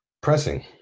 pressing